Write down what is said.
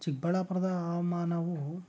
ಚಿಕ್ಕಬಳ್ಳಾಪುರದ ಹವಾಮಾನವು